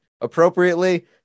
appropriately